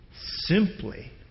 simply